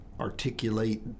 articulate